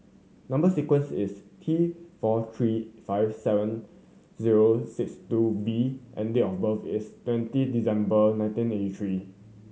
number sequence is T four three five seven zero six two B and date of birth is twenty December nineteen eighty three